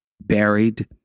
buried